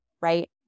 right